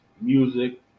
music